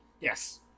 Yes